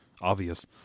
obvious